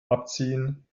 abziehen